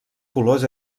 colors